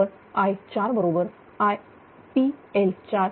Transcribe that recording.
तरi4 बरोबर V4